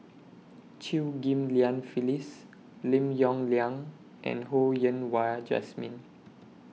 Chew Ghim Lian Phyllis Lim Yong Liang and Ho Yen Wah Jesmine